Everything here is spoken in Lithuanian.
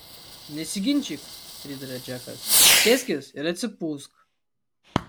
nesiginčyk priduria džekas sėskis ir atsipūsk